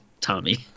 Tommy